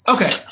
Okay